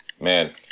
man